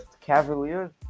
Cavaliers